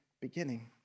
beginning